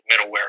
middleware